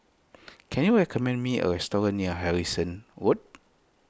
can you recommend me a restaurant near Harrison Road